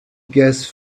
gas